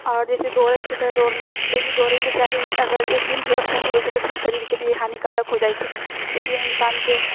आओर जाहिसँ दौड़ै छिऐ तऽ डेली दौड़एके चाही अगर एक दिन भी एब्सेन्ट होवैत छै तऽ फिर शरीरके लिअऽ हानिकारक हो जाइत छै इसलिए इन्सानके